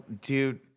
Dude